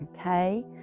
okay